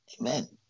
Amen